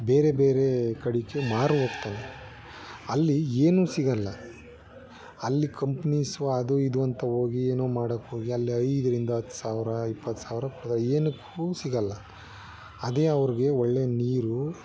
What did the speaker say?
ಬೇರೆ ಬೇರೆ ಕಡೆಗೆ ಮಾರು ಹೋಗ್ತಾನೆ ಅಲ್ಲಿ ಏನೂ ಸಿಗೋಲ್ಲ ಅಲ್ಲಿ ಕಂಪ್ನೀಸು ಅದು ಇದು ಅಂತ ಹೋಗಿ ಏನೋ ಮಾಡೋಕ್ಕೋಗಿ ಅಲ್ಲಿ ಐದ್ರಿಂದ ಹತ್ತು ಸಾವಿರ ಇಪ್ಪತ್ತು ಸಾವಿರ ಏನಕ್ಕೂ ಸಿಗೋಲ್ಲ ಅದೇ ಅವ್ರಿಗೆ ಒಳ್ಳೆ ನೀರು